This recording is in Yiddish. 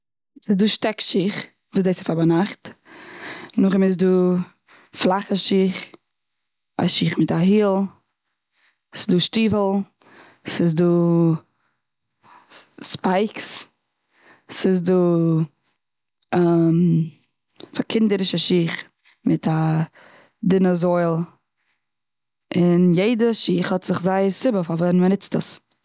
ס'איז דא שטעק שוך וואס דאס איז פאר ביינאכט. נאכדעם איז דא פלאכע שוך, א שוך מיט א היל. ס'איז דא שטיוול. ס'איז דא ספייקס. ס'איז דא פאר קינדערישע שוך, מיט א דינע זויל. און יעדע שוך האט זיך זייער סיבה פאר ווען מ'ניצט עס.